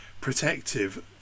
protective